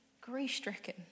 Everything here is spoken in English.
grief-stricken